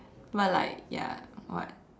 but like ya what